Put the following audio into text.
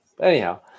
anyhow